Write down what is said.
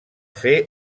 fer